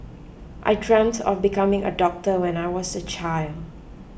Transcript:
I dreamt of becoming a doctor when I was a child